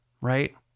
right